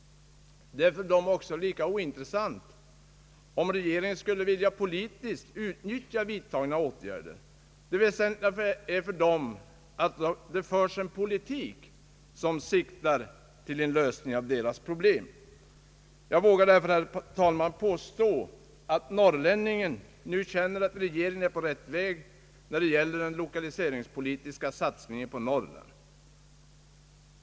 Det är för dem också lika ointressant om regeringen skulle vilja politiskt utnyttja vidiagna åtgärder. Det väsentliga för dem är att det förs en politik som siktar till en lösning av deras problem. Jag vågar, herr talman, påstå att norrlänningen nu känner att regeringen är på rätt väg när det gäller den lokaliseringspolitiska satsningen på Norrland.